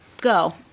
Go